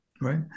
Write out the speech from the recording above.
Right